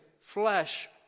flesh